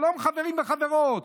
שלום חברים וחברות,